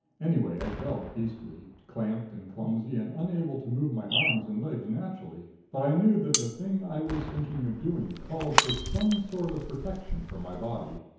anyway, i felt beastly, clamped and clumsy and unable to move my arms and legs naturally. but i knew that the thing i was thinking of doing called for some sort of protection for my body.